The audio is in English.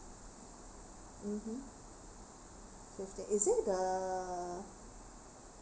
mmhmm fifteenth is it the